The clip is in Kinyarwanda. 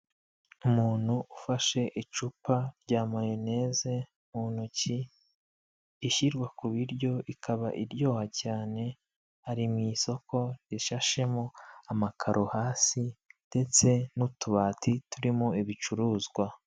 Umuntu ufashe icupa rya mayoneze mu ntoki, ishyirwa ku biryo, ikaba iryoha cyane, ari mu isoko rishashemo amakaro hasi ndetse n'utubati turimo ibicuruzwa.